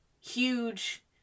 huge